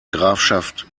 grafschaft